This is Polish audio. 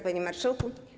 Panie Marszałku!